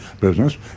business